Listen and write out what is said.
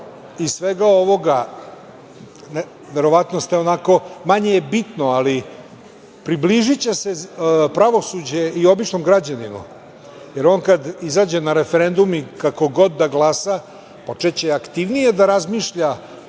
iz svega ovoga, verovatno je manje bitno, ali približiće se pravosuđe i običnom građaninu, jer on kada izađe na referendum i kako god da glasa počeće aktivnije da razmišlja